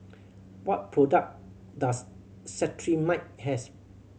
what product does Cetrimide have